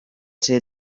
ser